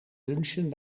lunchen